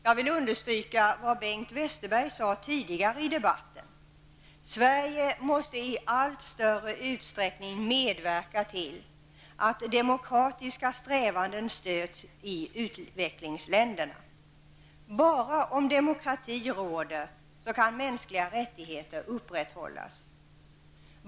Jag vill understryka vad Bengt Westerberg sade tidigare i debatten, nämligen att Sverige i allt större utsträckning måste medverka till att demokratiska strävanden stöds i utvecklingsländerna. Bara om demokrati råder kan mänskliga rättigheter upprätthållas.